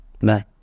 No